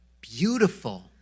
beautiful